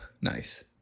nice